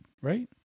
right